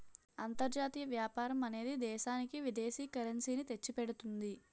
అంతర్జాతీయ వ్యాపారం అనేది దేశానికి విదేశీ కరెన్సీ ని తెచ్చిపెడుతుంది